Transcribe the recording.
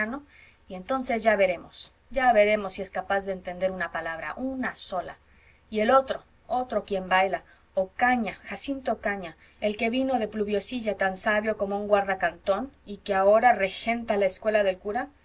y entonces ya veremos ya veremos si es capaz de entender una palabra una sola y el otro otro que bien baila ocaña jacinto ocaña el que vino de pluviosilla tan sabio como un guardacantón y que ahora regenta la escuela del cura